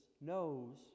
knows